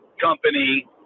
company